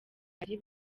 ari